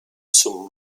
zum